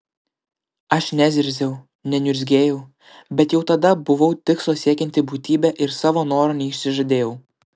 aš nezirziau neniurzgėjau bet jau tada buvau tikslo siekianti būtybė ir savo noro neišsižadėjau